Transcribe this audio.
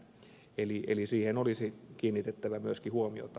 eli siihen olisi kiinnitettävä myöskin huomiota